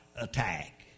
attack